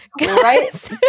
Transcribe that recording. Right